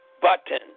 button